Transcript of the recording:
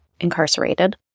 incarcerated